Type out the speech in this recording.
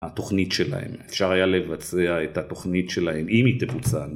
התוכנית שלהם אפשר היה לבצע את התוכנית שלהם אם היא תבוצע